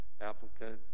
applicant